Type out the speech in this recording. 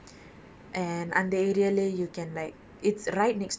okay so அது வந்து ஒரு:athu vanthu oru dedicated area